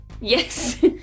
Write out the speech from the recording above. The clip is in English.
Yes